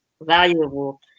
valuable